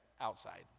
outside